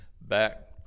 back